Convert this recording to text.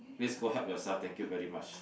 please go help yourself thank you very much